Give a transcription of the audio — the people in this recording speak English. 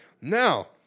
Now